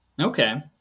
Okay